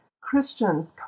Christians